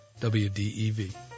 WDEV